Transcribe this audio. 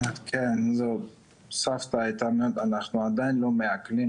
אדם: כן, סבתא הייתה, אנחנו עדיין לא מעכלים